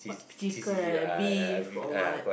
chicken beef or what